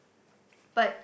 but